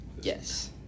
Yes